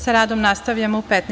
Sa radom nastavljamo u 15.